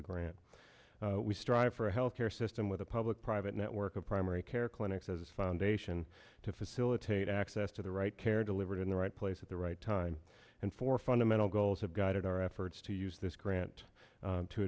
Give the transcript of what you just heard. the grant we strive for a health care system with a public private network of primary care clinics as foundation to facilitate access to the right care delivered in the right place at the right time and for fundamental goals have guided our efforts to use this grant to